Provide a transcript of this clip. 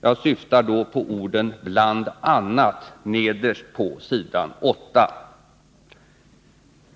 Jag syftar på orden ”bl.a.”, nederst på s. 8.